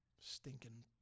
Stinking